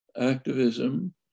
activism